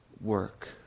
work